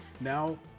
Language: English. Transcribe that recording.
Now